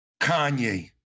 Kanye